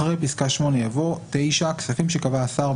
אחרי פסקה (8) יבוא: "(9) כספים שקבע השר,